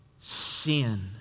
sin